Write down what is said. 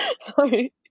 Sorry